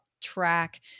track